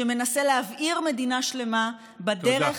שמנסה להבעיר מדינה שלמה בדרך,